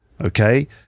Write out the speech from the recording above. okay